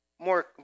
more